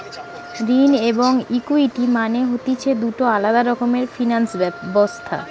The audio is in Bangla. ঋণ এবং ইকুইটি মানে হতিছে দুটো আলাদা রকমের ফিনান্স ব্যবস্থা